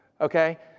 okay